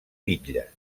bitlles